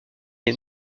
est